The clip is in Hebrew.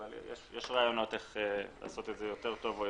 אבל יש רעיונות איך לעשות את זה יותר טוב.